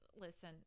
listen